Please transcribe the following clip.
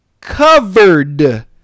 Covered